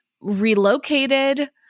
relocated